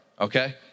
okay